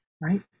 right